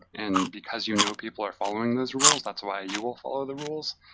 and because you know people are following those rules, that's why you will follow the rules.